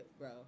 bro